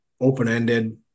open-ended